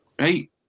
right